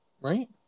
Right